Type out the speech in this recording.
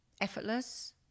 Effortless